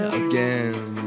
again